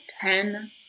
ten